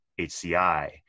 HCI